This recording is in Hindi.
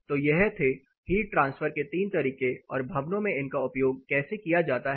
तो यह थे हीट ट्रांसफर के तीन तरीके और भवनों में इनका उपयोग कैसे किया जाता है